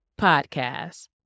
podcast